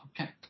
okay